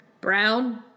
Brown